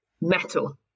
metal